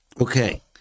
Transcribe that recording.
okay